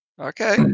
Okay